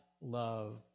love